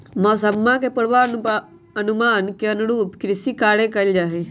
मौसम्मा के पूर्वानुमान के अनुरूप कृषि कार्य कइल जाहई